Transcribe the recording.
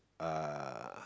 uh